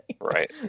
right